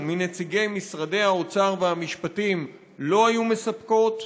מנציגי משרדי האוצר והמשפטים לא היו מספקות.